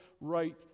right